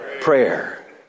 prayer